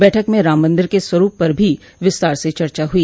बैठक में राममंदिर के स्वरूप पर भी विस्तार से चर्चा हुई